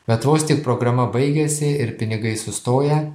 bet vos tik programa baigiasi ir pinigai sustoja